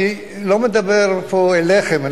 אני לא מדבר פה אליכם,